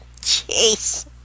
Jeez